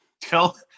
tell